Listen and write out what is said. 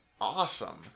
awesome